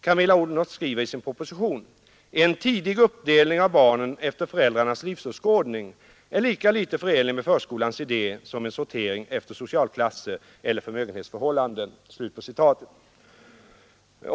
Camilla Odhnoff skriver i sin proposition: ”En tidig uppdelning av barnen efter föräldrarnas livsåskådning är lika lite förenlig med förskolans idé som en sortering efter socialklasser eller förmögenhetsförhållanden”.